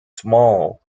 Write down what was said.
small